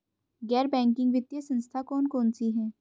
गैर बैंकिंग वित्तीय संस्था कौन कौन सी हैं?